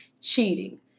cheating